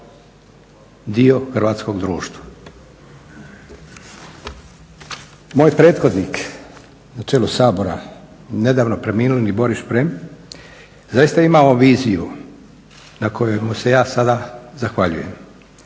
dio hrvatskog društva. Moj prethodnik na čelu Sabora nedavno preminuli Boris Šprem je zaista imao viziju na kojoj mu se ja sada zahvaljujem